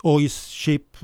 o jis šiaip